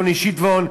יוני שטבון,